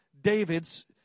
David's